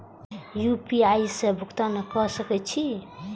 UPI से भुगतान क सके छी?